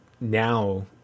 now